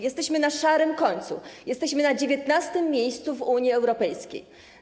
Jesteśmy na szarym końcu, jesteśmy na 19. miejscu w Unii Europejskiej.